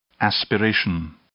aspiration